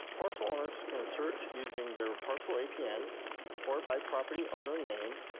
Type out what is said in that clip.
parcel owners can search using their parcel apn or by property owner name.